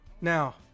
now